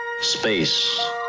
Space